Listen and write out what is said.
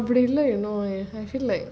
பிடிக்கல:pidikkala I feel like